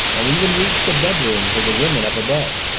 and even reached the bedrooms of the women up above.